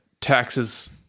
taxes